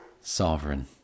Sovereign